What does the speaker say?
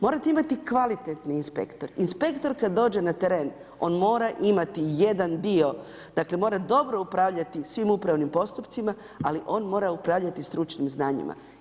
Morte imati kvalitetni inspektor, inspektor kad dođe na teren on mora imati jedan dio, dakle mora dobro upravljati svim upravnim postupcima, ali on mora upravljati stručnim znanjima.